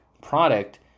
product